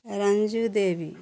Ranju Devi